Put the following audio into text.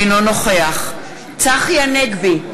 אינו נוכח צחי הנגבי,